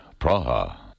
Praha